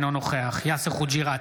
אינו נוכח יאסר חוג'יראת,